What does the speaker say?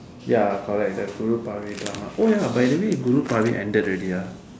ya correct the Guru Paarvai paarvai drama oh ya by the way Guru Paarvai paarvai ended already ah